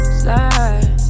slide